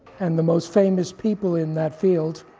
and the most famous people in that field